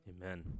Amen